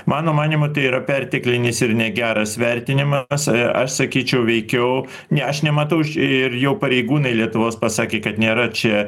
mano manymu tai yra perteklinis ir negeras vertinimas aš sakyčiau veikiau ne aš nematau ir jau pareigūnai lietuvos pasakė kad nėra čia